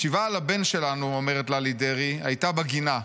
השבעה על הבן שלנו הייתה בגינה,